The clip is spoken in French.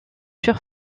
d’une